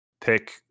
pick